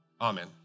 Amen